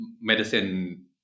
medicine